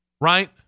right